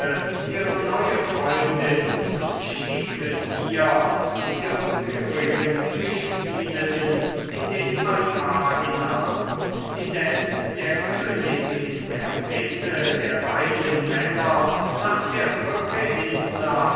ihre neue freundin und stieg mit ihr und ihren übrigen gespielinnen in den altar hinab indes der könig in der mitte der beiden männer nach der brücke hinsah